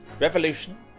Revolution